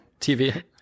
tv